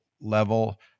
level